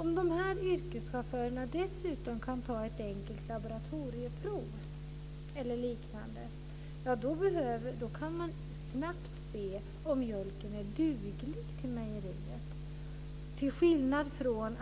Om de här yrkeschaufförerna dessutom kan ta ett enkelt laboratorieprov eller liknande, kan man snabbt se om mjölken är duglig för mejeriet. Om